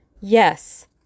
Yes